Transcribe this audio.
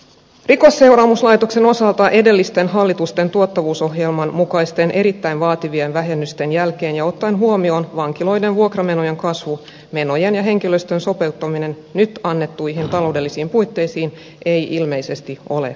rikosseuraamuslaitoksen osalta edellisten hallitusten tuottavuusohjelman mukaisten erittäin vaativien vähennysten jälkeen ja ottaen huomioon vankiloiden vuokramenojen kasvu menojen ja henkilöstön sopeuttaminen nyt annettuihin taloudellisiin puitteisiin ei ilmeisesti ole mahdollista